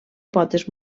potes